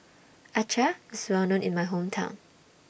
Acar IS Well known in My Hometown